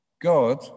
God